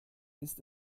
ist